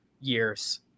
years